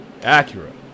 Acura